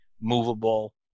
movable